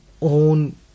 own